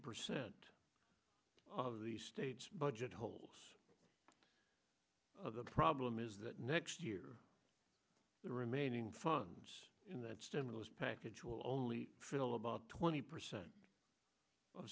percent of the state's budget holes the problem is that next year the remaining funds in that stimulus package will only fill about twenty percent o